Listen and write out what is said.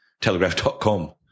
Telegraph.com